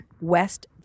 West